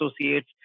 associates